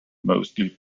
mostly